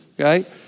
okay